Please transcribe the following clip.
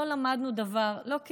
לא למדנו דבר מזוועות השואה,